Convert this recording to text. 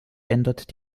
ändert